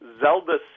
Zelda